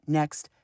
next